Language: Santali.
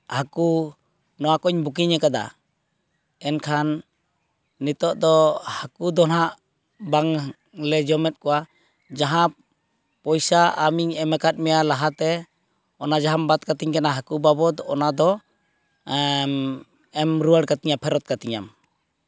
ᱦᱟᱹᱠᱩ ᱱᱚᱣᱟᱠᱚᱧ ᱵᱩᱠᱤᱝ ᱟᱠᱟᱫᱟ ᱮᱱᱠᱷᱟᱱ ᱱᱤᱛᱚᱜ ᱫᱚ ᱦᱟᱹᱠᱩ ᱫᱚ ᱦᱟᱸᱜ ᱵᱟᱝᱞᱮ ᱡᱚᱢᱮᱫ ᱠᱚᱣᱟ ᱡᱟᱦᱟᱸ ᱯᱚᱭᱥᱟ ᱟᱹᱢᱤᱧ ᱮᱢ ᱟᱠᱟ ᱢᱮᱭᱟ ᱞᱟᱦᱟᱛᱮ ᱚᱱᱟ ᱡᱟᱦᱟᱸᱢ ᱵᱟᱫᱽ ᱠᱟᱹᱛᱤᱧ ᱠᱟᱱᱟ ᱦᱟᱹᱠᱩ ᱵᱟᱵᱚᱫ ᱚᱱᱟᱫᱚ ᱮᱢ ᱨᱩᱣᱟᱹᱲ ᱠᱟᱛᱤᱧᱟ ᱯᱷᱮᱨᱚᱛ ᱠᱟᱛᱤᱧᱟ